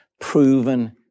proven